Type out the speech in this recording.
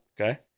Okay